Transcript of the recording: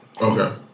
Okay